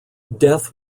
death